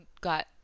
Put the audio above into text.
got